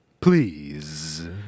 Please